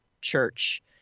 church